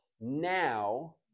now